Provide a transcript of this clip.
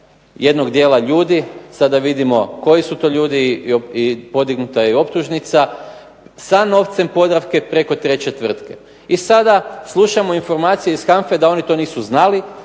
jednog dijela ljudi, sada vidimo koji su to ljudi i podignuta je optužnica, sa novcem Podravke preko treće tvrtke. I sada slušamo informacije iz HANF-a da oni to nisu znali,